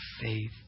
faith